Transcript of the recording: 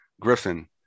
Griffin